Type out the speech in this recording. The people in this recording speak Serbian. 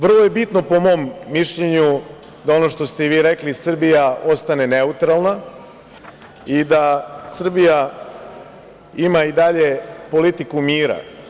Vrlo je bitno po mom mišljenju, da ono što ste vi rekli, Srbija ostane neutralna i da Srbija ima i dalje politiku mira.